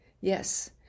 Yes